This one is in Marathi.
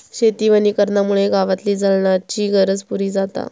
शेती वनीकरणामुळे गावातली जळणाची गरज पुरी जाता